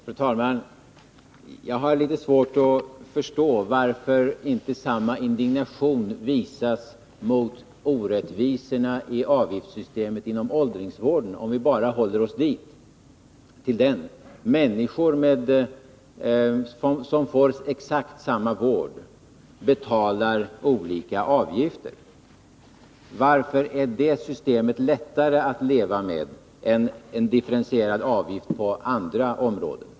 Fru talman! Jag har litet svårt att förstå varför inte samma indignation visas mot orättvisorna i avgiftssystemet inom åldringsvården, om vi nu håller oss till den. Människor som får exakt samma vård betalar olika avgifter. Varför är det systemet lättare att leva med än en differentierad avgift på andra vårdområden?